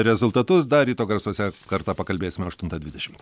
rezultatus dar ryto garsuose kartą pakalbėsime aštuntą dvidešimt